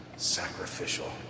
sacrificial